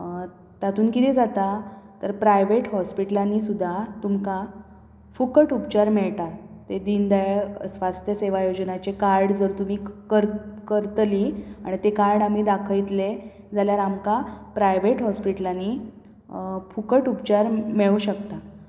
तातून कितें जाता तर प्रायवेट हॉस्पिट्लांनी सुद्दां तुमकां फुकट उपचार मेळटात तें दिन दयाळ स्वास्थ सेवा योजनाचें कार्ड जर तुमी क करत करतलीं आनी तें कार्ड आमी दाखयत्ले जाल्यार आमकां प्रायवेट हॉस्पिट्लांनी फुकट उपचार मेळूं शकता